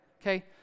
okay